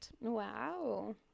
Wow